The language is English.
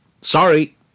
Sorry